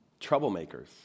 troublemakers